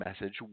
message